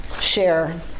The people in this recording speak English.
share